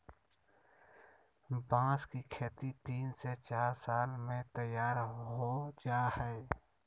बांस की खेती तीन से चार साल में तैयार हो जाय हइ